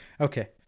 Okay